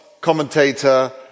commentator